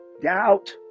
Doubt